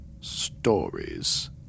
Stories